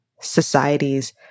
societies